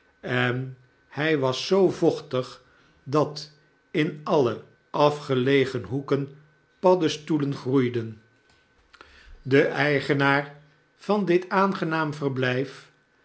en hij was zoo vochtig dat in alle afgelegen hoeken paddestoelen groeiden i i de eerzuqht van den leerknaap de eigenaar van dit aangenaam verblijf